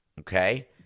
okay